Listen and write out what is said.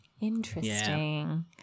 Interesting